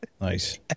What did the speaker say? Nice